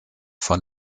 von